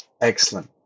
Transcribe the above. Excellent